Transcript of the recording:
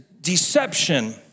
deception